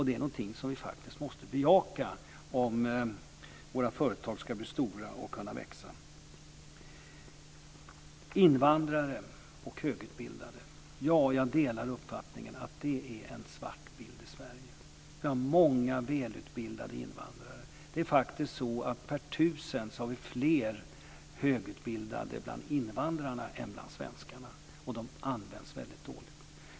Det är något som vi måste bejaka om våra företag ska bli stora och kunna växa. Jag delar uppfattningen att det, när det gäller högutbildade invandrare, är en svart bild i Sverige. Vi har många välutbildade invandrare. Vi har faktiskt fler högutbildade per tusen bland invandrarna än bland svenskarna, och de används väldigt dåligt.